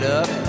up